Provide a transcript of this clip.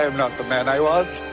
um not the man i was.